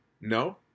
no